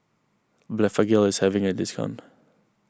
Blephagel is having a discount